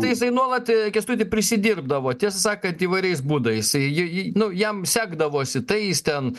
tai jisai nuolat kęstuti prisidirbdavo tiesą sakant įvairiais būdais jį jį nu jam sekdavosi tai jis ten